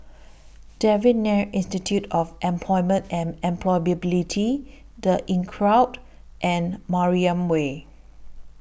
Devan Nair Institute of Employment and Employability The Inncrowd and Mariam Way